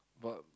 but